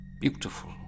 beautiful